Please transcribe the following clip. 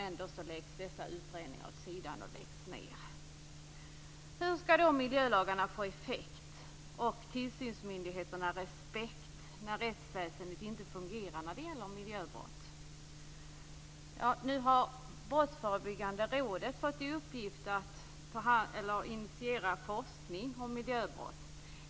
Ändå läggs dessa utredningar åt sidan och läggs ned. Hur skall miljölagarna få effekt och tillsynsmyndigheterna respekt när rättsväsendet inte fungerar när det gäller miljöbrott? Nu har Brottsförebyggande rådet fått i uppgift att initiera forskning om miljöbrott.